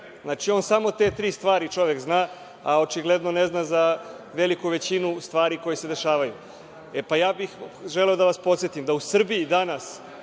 Znači, on samo te tri stvari čovek zna, a očigledno ne zna za veliku većinu stvari koje se dešavaju. Ja bih želeo da vas podsetim da u Srbiji danas